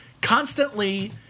constantly